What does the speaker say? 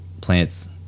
plants